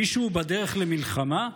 מישהו בדרך למלחמה?